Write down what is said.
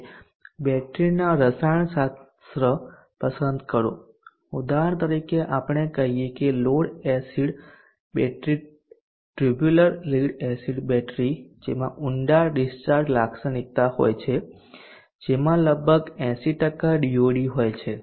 હવે બેટરીના રસાયણશાસ્ત્ર પસંદ કરો ઉદાહરણ તરીકે આપણે કહીએ કે lead acid battery tubular lead acid battery જેમાં ઊંડા ડિસ્ચાર્જ લાક્ષણિકતા હોય છે જેમાં લગભગ 80 DOD હોય છે